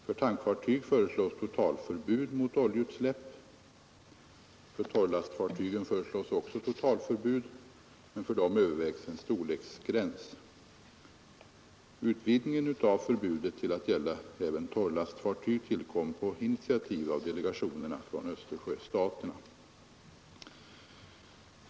För tankfartyg föreslås totalförbud mot oljeutsläpp. För torrlastfartygen föreslås också totalförbud, men för dem övervägs en storleksgräns. Utvidgningen av förbudet till att gälla även torrlastfartyg tillkom på initiativ av delegationerna från Östersjöstaterna.